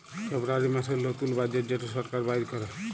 ফেব্রুয়ারী মাসের লতুল বাজেট যেট সরকার বাইর ক্যরে